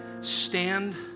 stand